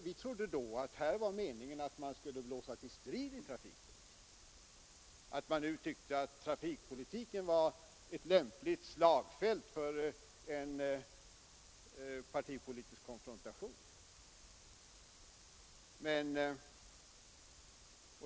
Vi trodde då att det var meningen att man skulle blåsa till strid i trafikpolitiken, att man tyckte att trafikpolitiken var ett lämpligt slagfält för en partipolitisk konfrontation.